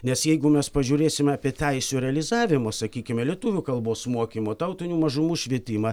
nes jeigu mes pažiūrėsime apie teisių realizavimo sakykime lietuvių kalbos mokymo tautinių mažumų švietimą